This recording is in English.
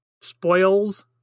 Spoils